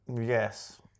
Yes